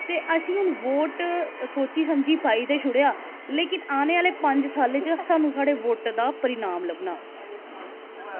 ते असें हून वोट सोची समझियै पाई ते छुड़ेआ लेकिन आने आह्ले पंज सालें च सानूं साढ़े वोटें दा परिणाम लब्भना